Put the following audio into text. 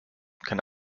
kann